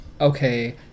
okay